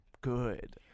good